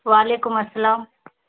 وعلیکم السلام